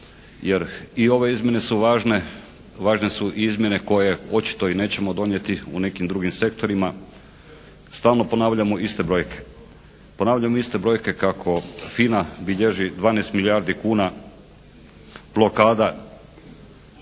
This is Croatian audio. jer i ove izmjene su važne, važne su izmjene koje očito i nećemo donijeti u nekim drugim sektorima. Stalno ponavljamo iste brojke. Ponavljamo iste brojke kako FINA bilježi 12 milijardi kuna blokada,